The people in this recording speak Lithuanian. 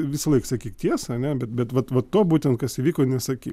visąlaik sakyk tiesą ane bet vat vat to būtent kas įvyko nesakyk